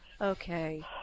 Okay